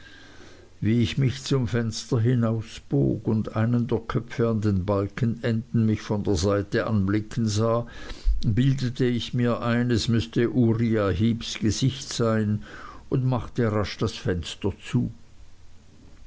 wie ich mich zum fenster hinausbog und einen der köpfe an den balkenenden mich von der seite anblicken sah bildete ich mir ein es müßte uriah heeps gesicht sein und machte rasch das fenster zu